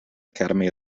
academy